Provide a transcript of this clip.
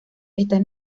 estas